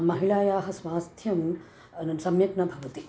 महिलायाः स्वास्थ्यं सम्यक् न भवति